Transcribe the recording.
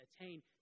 attain